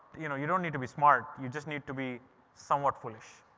you know, you don't need to be smart, you just need to be somewhat foolish.